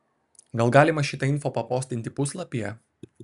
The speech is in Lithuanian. gal galima šitą info papostinti puslapyje